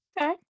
Okay